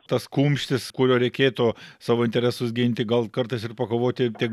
tas kumštis kuriuo reikėtų savo interesus ginti gal kartais ir pakovoti dėl